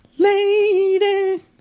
Lady